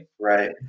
Right